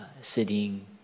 sitting